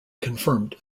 confirmed